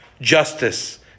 Justice